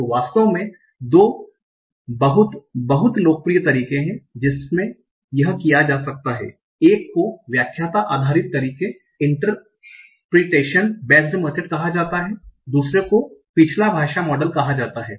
तो वास्तव में दो बहुत बहुत लोकप्रिय तरीके हैं जिनमें यह किया जा सकता है एक को इंटरप्रिटेशन बेस्ड मेथोड कहा जाता है दूसरे को पिछला भाषा मॉडल कहा जाता है